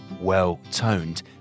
well-toned